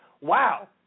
wow